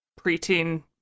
preteen